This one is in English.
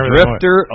drifter